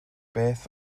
beth